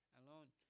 alone